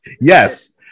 Yes